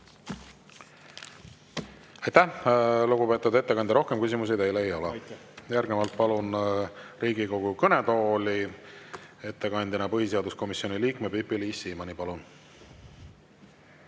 Aitäh, lugupeetud ettekandja! Rohkem küsimusi teile ei ole. Järgnevalt palun Riigikogu kõnetooli ettekandeks põhiseaduskomisjoni liikme Pipi-Liis Siemanni. Palun!